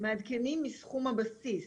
מעדכנים מסכום הבסיס.